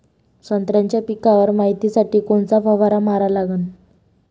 संत्र्याच्या पिकावर मायतीसाठी कोनचा फवारा मारा लागन?